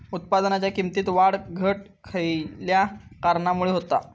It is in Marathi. उत्पादनाच्या किमतीत वाढ घट खयल्या कारणामुळे होता?